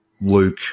luke